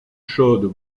chaudes